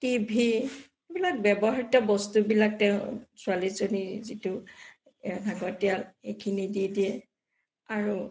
T V এইবিলাক ব্যৱহৃত বস্তুবিলাক তেওঁ ছোৱালীজনীৰ যিটো লাগতিয়াল এইখিনি দি দিয়ে আৰু